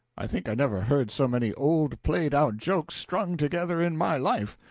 i think i never heard so many old played-out jokes strung together in my life.